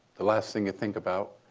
the last thing you think about,